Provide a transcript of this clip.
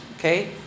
Okay